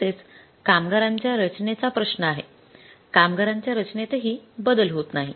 तसेच कामगारांच्या रचनेचा प्रश्न आहे कामगारांच्या रचनेतही बदल होत नाही